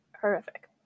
horrific